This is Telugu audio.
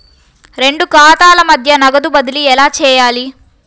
రెండు ఖాతాల మధ్య నగదు బదిలీ ఎలా చేయాలి?